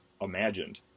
imagined